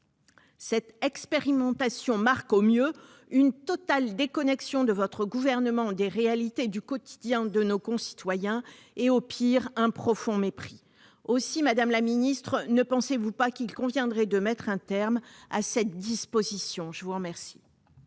telle expérimentation marque, au mieux, une totale déconnexion de votre gouvernement des réalités et du quotidien de nos concitoyens, au pire, un profond mépris. Aussi, madame la secrétaire d'État, ne pensez-vous pas qu'il conviendrait de mettre un terme à cette disposition ? La parole